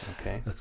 okay